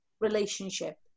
relationship